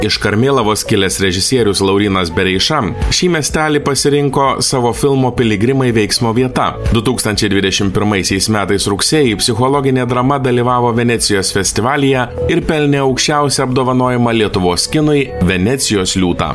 iš karmėlavos kilęs režisierius laurynas bereiša šį miestelį pasirinko savo filmo piligrimai veiksmo vieta du tūkstančiai dvidešim pirmaisiais metais rugsėjį psichologinė drama dalyvavo venecijos festivalyje ir pelnė aukščiausią apdovanojimą lietuvos kinui venecijos liūtą